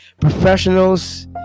professionals